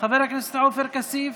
חבר הכנסת עופר כסיף,